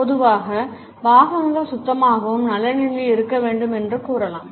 பொதுவாக பாகங்கள் சுத்தமாகவும் நல்ல நிலையில் இருக்க வேண்டும் என்று கூறலாம்